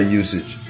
usage